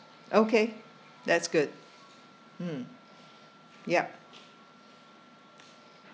okay that's good mm yup